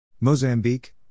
Mozambique